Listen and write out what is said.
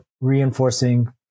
reinforcing